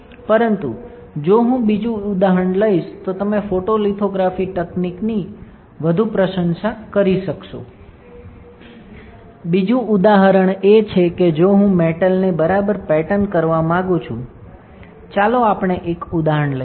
પરંતુ જો હું બીજું ઉદાહરણ લઈશ તો તમે ફોટોલિથોગ્રાફી તકનીકની વધુ પ્રશંસા કરી શકશો બીજું ઉદાહરણ એ છે કે જો હું મેટલને બરાબર પેટર્ન કરવા માંગું છું ચાલો આપણે એક ઉદાહરણ લઈએ